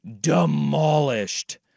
demolished